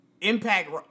Impact